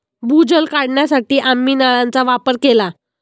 भूजल काढण्यासाठी आम्ही नळांचा वापर केला